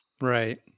Right